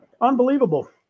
Unbelievable